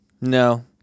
No